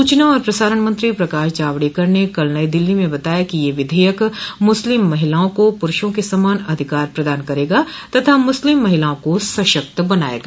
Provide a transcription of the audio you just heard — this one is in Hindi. सूचना और प्रसारण मंत्री प्रकाश जावड़ेकर ने कल नई दिल्ली में बताया कि ये विधेयक मुस्लिम महिलाओं को पुरूषों के समान अधिकार प्रदान करेगा तथा मुस्लिम महिलाओं को सशक्त बनाएगा